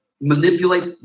manipulate